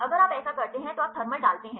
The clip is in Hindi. अगर आप ऐसा करते हैं तो आप थर्मल डालते हैं